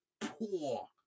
poor